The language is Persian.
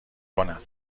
کنم